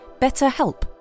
BetterHelp